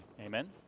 Amen